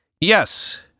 Yes